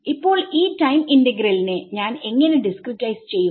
ഇപ്പോൾ ഈ ടൈം ഇന്റഗ്രലിനെ ഞാൻ എങ്ങനെ ഡിസ്ക്രിടൈസ് ചെയ്യും